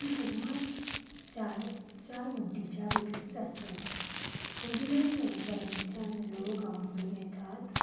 तीं सदांच चार चार वंटीच्या भितरच आसतात अजुनय सणाच्या निमित्यान लोक गांवा कडेन येतात